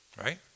Right